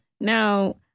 Now